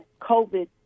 COVID